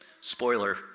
Spoiler